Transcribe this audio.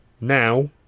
Now